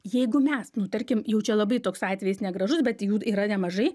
jeigu mes nu tarkim jau čia labai toks atvejis negražus bet jų yra nemažai